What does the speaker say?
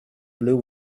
blue